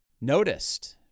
noticed